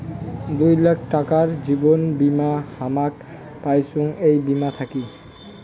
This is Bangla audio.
দুই লাখ টাকার জীবন বীমা হামাক পাইচুঙ এই বীমা থাকি